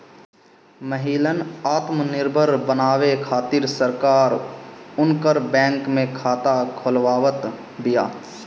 महिलन आत्मनिर्भर बनावे खातिर सरकार उनकर बैंक में खाता खोलवावत बिया